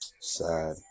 Sad